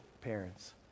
parents